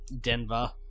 Denver